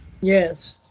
Yes